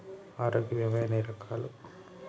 ఆరోగ్య బీమా ఎన్ని రకాలు?